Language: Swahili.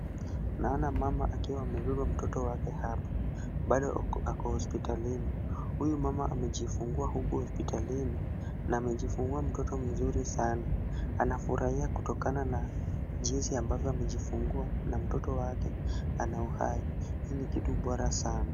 Naona mama akiwa amebeba mtoto wake hapa. Bado ako hospitalini. Huyu mama amejifungua huku hospitalini na amejifungua mtoto mzuri sana. Anafurahia kutokana na jinsi ambavyo amejifungua na mtoto wake ana uhai. Hii ni kitu bora sana.